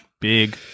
Big